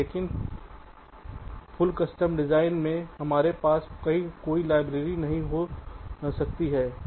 लेकिन full custom design में हमारे पास कोई लाइब्रेरी नहीं हो सकती है